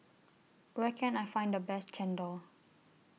Where Can I Find The Best Chendol